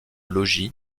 logis